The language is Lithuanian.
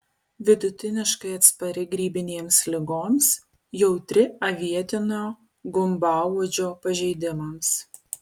vidutiniškai atspari grybinėms ligoms jautri avietinio gumbauodžio pažeidimams